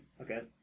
Okay